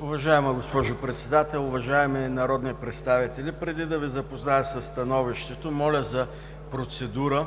Уважаема госпожо Председател, уважаеми народни представители! Преди да Ви запозная със Становището, моля за процедура